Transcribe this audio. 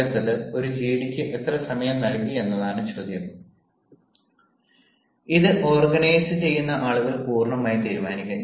അടുത്തത് ഒരു ജിഡിക്ക് എത്ര സമയം നൽകി എന്നതാണ് ചോദ്യം ഇത് ഓർഗനൈസുചെയ്യുന്ന ആളുകൾ പൂർണ്ണമായും തീരുമാനിക്കും